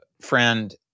friend